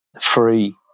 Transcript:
free